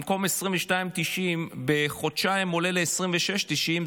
במקום 22.90 בחודשיים עולה ל-26.90,